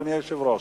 אדוני היושב-ראש,